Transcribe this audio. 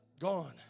Gone